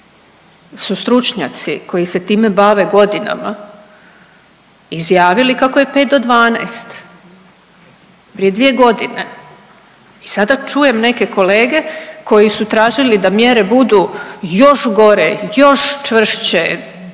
su stručnjaci koji se time bave godinama izjavili kako je pet do dvanaest, prije dvije godine i sada čujem neke kolege koji su tražili da mjere budu još gore, još čvršće,